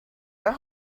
are